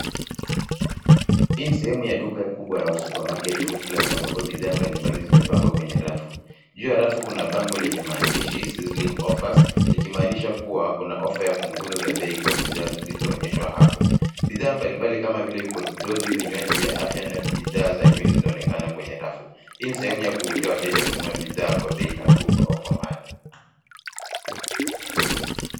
Hii ni sehemu ya duka kubwa au Supermarket Foodplus ambapo bidhaa mbalimbali zimepangwa kwa rafu. Juu ya rafu kuna bango lenye maandishi Sizzling offers likimaanisha kuwa kuna ofa ya punguzo za bei kwa bidhaa zilizoonyeshwa hapo. Bidhaa mbalimbali kama vile vipodozi, vinywaji vya afya na bidhaa za nywele zinaonekana kwenye rafu. Hii ni sehemu ya kuvutia wateja kununua bidhaa kwa bei nafuu kwa ofa maalum.